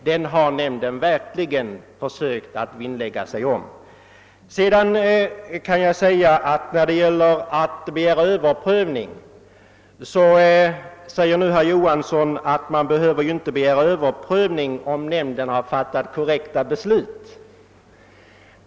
I fråga om möjligheterna att begära en överprövning av ett utslag säger nu herr Johansson att det inte finns någon anledning att begära en sådan överprövning, om nämnden fattar korrekta beslut.